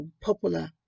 popular